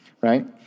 right